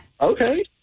okay